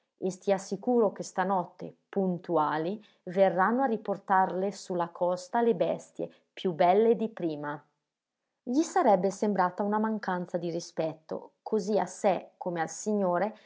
e stia sicuro che stanotte puntuali verranno a riportarle su la costa le bestie più belle di prima gli sarebbe sembrata una mancanza di rispetto così a sé come al signore